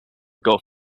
golf